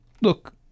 Look